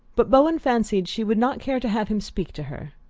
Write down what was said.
but bowen fancied she would not care to have him speak to her.